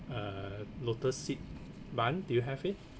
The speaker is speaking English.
uh lotus seed bun do you have it